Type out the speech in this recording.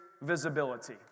visibility